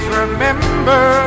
remember